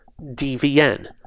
dvn